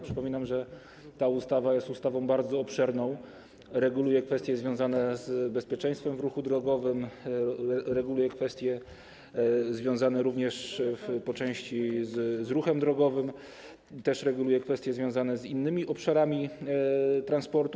Przypominam, że ta ustawa jest ustawą bardzo obszerną, reguluje kwestie związane z bezpieczeństwem w ruchu drogowym, reguluje kwestie związane również po części z ruchem drogowym, reguluje też kwestie związane z innymi obszarami transportu.